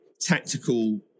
tactical